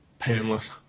painless